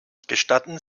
gestatten